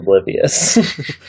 oblivious